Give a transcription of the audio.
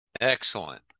Excellent